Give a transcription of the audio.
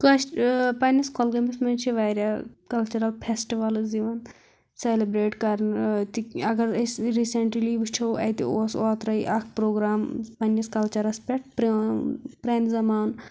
کٲش ٲ پَنٛنِس کۄلگٲمِس منٛز چھِ واریاہ کَلچَرَل فیسٹٕوَلٕز یِوان سیٚلبریٹ کرنہٕ تہِ اگر أسۍ رِسَنٹلی وُچھَو اَتہِ اوس اوٚترے اَکھ پروگرام پَنٛنِس کَلچَرَس پٮ۪ٹھ پرا پرانہِ زمانہٕ